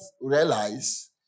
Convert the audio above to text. realize